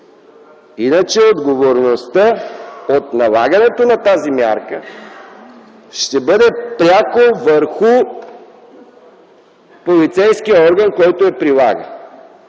Иначе отговорността за налагането на тази мярка ще бъде пряко върху полицейския орган, който я прилага.